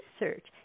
research